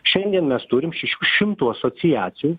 šiandien mes turim šešių šimtų asociacijų